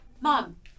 Mom